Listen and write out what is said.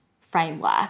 framework